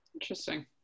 interesting